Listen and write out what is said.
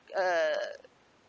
uh